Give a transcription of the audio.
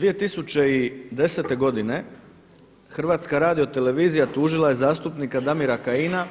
2010. godine HRT tužila je zastupnika Damira Kajina